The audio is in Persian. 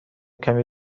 کمی